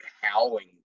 howling